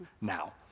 Now